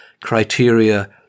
criteria